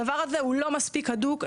הדבר הזה הוא לא מספיק הדוק.